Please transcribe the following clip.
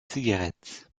cigarettes